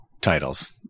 titles